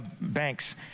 banks